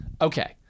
okay